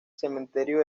cementerio